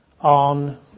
on